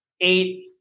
eight